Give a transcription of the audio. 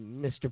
Mr